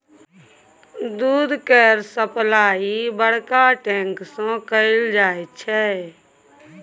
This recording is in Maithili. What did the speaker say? दूध केर सप्लाई बड़का टैंक सँ कएल जाई छै